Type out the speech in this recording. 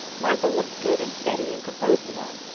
martha looked good, and steady, and composed enough,